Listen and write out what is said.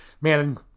man